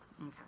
Okay